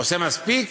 עושה מספיק?